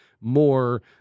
more